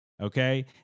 Okay